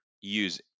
use